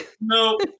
no